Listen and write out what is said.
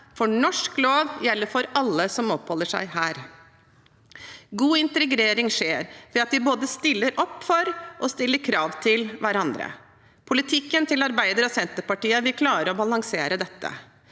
Norsk lov gjelder for alle som oppholder seg her. God integrering skjer ved at vi både stiller opp for og stiller krav til hverandre. Politikken til Arbeiderpartiet og Senterpartiet vil klare å balansere dette.